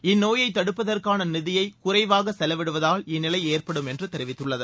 இந்நோயை தடுப்பதற்கான நிதியை குறைவாக செலவிடுவதால் இந்நிலை ஏற்படும் என்று தெரிவித்துள்ளது